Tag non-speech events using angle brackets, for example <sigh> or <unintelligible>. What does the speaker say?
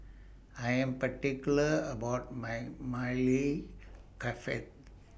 I Am particular about My Maili <unintelligible>